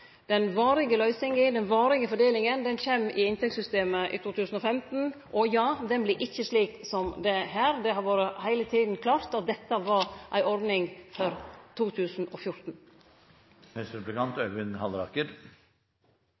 Den varige løysinga, den varige fordelinga, kjem i inntektssystemet for 2016, og ho vert ikkje slik som dette. Det har heile tida vore klart at dette var ei ordning for 2014.